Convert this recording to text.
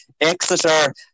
Exeter